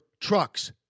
trucks